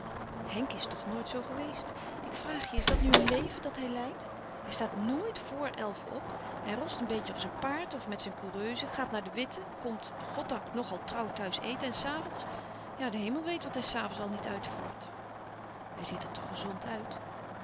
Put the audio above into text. henk is toch nooit zoo geweest ik vraag je is dat nu een leven dat hij leidt hij staat nooit vor elven op hij rost een beetje op zijn paard of met zijn coureuse gaat naar de witte komt goddank nogal trouw thuis eten en s avonds ja de hemel weet wat hij s avonds al niet uitvoert hij ziet er toch gezond uit